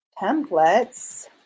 templates